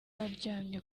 aryamye